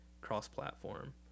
cross-platform